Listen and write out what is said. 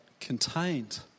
contained